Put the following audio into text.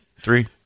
three